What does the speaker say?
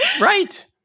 right